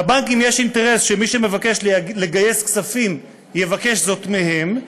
לבנקים יש אינטרס שמי שמבקש לגייס כספים יבקש זאת מהם,